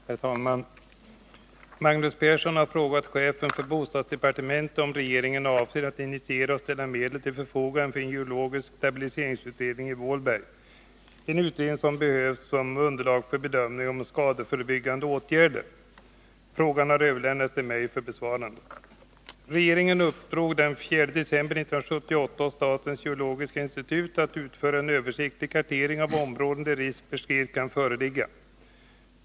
Herr talman! Magnus Persson har frågat chefen för bostadsdepartementet om regeringen avser att initiera och ställa medel till förfogande för en geologisk stabiliseringsutredning i Vålberg — en utredning som behövs som underlag för bedömningar av skadeförebyggande åtgärder. Frågan har överlämnats till mig för besvarande. Regeringen uppdrog den 14 december 1978 åt statens geotekniska institut att utföra en översiktlig kartering av områden där risk för skred kan föreligga.